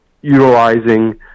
utilizing